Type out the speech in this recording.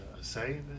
say